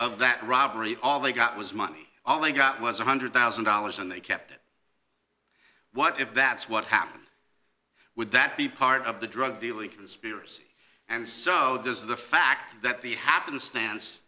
of that robbery all they got was money all they got was one hundred one thousand dollars and they kept it what if that's what happened would that be part of the drug dealing conspiracy and so does the fact that the happenstance